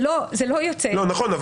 נכון.